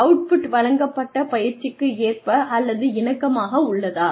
out put வழங்கப்படும் பயிற்சிக்கு ஏற்ப அல்லது இணக்கமாக உள்ளதா